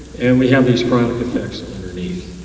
and we have these chronic effects underneath.